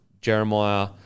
Jeremiah